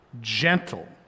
gentle